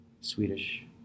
Swedish